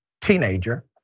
teenager